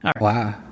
Wow